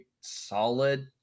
solid